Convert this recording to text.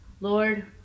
Lord